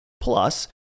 Plus